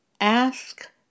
Ask